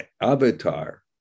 avatar